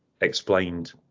explained